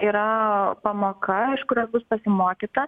yra pamoka iš kurios bus pasimokyta